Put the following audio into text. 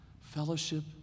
Fellowship